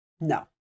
no